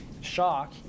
shock